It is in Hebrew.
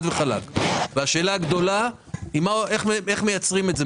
אבל השאלה הגדולה היא איך מייצרים את זה,